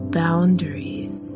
boundaries